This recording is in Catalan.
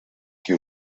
qui